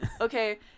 Okay